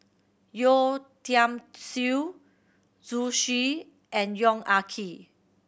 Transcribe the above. Yeo Tiam Siew Zhu Xu and Yong Ah Kee